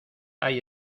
hay